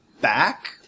back